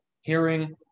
hearing